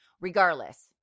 Regardless